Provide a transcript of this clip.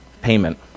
payment